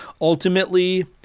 Ultimately